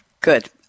Good